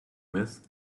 with